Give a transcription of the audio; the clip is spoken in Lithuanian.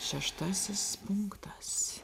šeštasis punktas